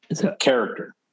Character